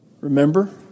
remember